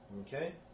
Okay